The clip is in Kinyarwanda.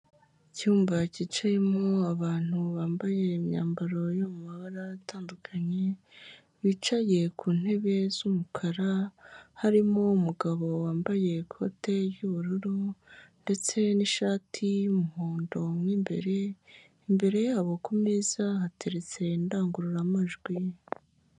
Icyumba cyicayemo abantu bambaye imyambaro yo mu mabara atandukanye, bicaye ku ntebe z'umukara, harimo umugabo wambaye ikote ry'ubururu ndetse n'ishati y'umuhondo mu imbere, imbere yabo kumeza hateretse indangurura majwi.